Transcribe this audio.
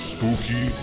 Spooky